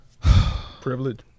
Privilege